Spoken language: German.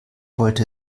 wollte